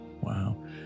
Wow